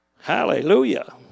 hallelujah